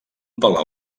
palau